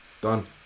done